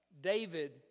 David